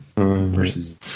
Versus